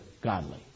godly